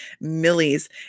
Millie's